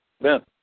Ben